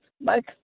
Mike